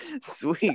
Sweet